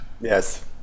Yes